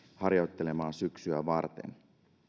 harjoittelemaan syksyä varten